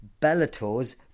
Bellator's